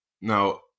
Now